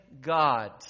God